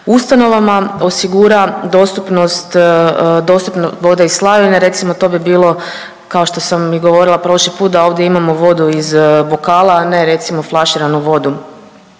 ustanovama osigura dostupnost vode iz slavine. Recimo to bi bilo kao što sam i govorila prošli put da ovdje imamo vodu iz bokala, a ne recimo flaširanu vodu